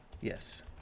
Yes